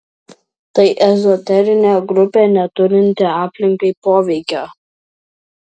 tai ezoterinė grupė neturinti aplinkai poveikio